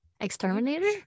exterminator